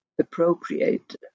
appropriate